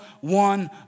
one